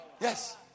Yes